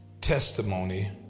testimony